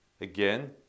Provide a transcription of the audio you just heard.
again